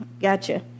Gotcha